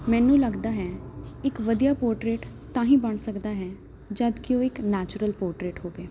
ਮੈਨੂੰ ਲੱਗਦਾ ਹੈ ਇੱਕ ਵਧੀਆ ਪੋਟਰੇਟ ਤਾਂ ਹੀ ਬਣ ਸਕਦਾ ਹੈ ਜਦੋਂ ਕਿ ਉਹ ਇਕ ਨੈਚੁਰਲ ਪੋਰਟਰੇਟ ਹੋਵੇ